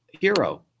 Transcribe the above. hero